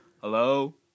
Hello